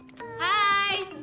Hi